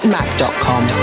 Mac.com